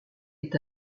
est